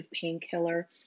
painkiller